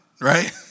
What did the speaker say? right